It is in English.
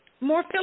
more